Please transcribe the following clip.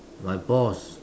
my boss